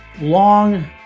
long